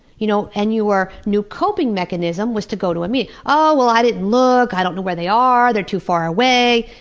you know and your new coping mechanism was to go to a meeting. oh, well, i didn't look, i don't know where they are, they're too far away.